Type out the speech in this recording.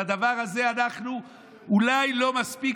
על הדבר הזה אנחנו אולי לא מספיק,